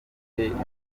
imyumvire